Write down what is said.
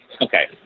Okay